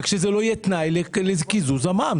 אבל שזה לא יהיה תנאי לקיזוז המע"מ.